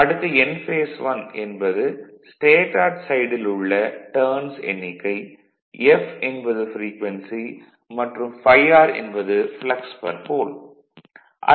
அடுத்து Nph1 என்பது stator சைடில் உள்ள டர்ன்ஸ் எண்ணிக்கை f என்பது ப்ரீக்வென்சி மற்றும் ∅r என்பது ப்ளக்ஸ்போல் Fluxpole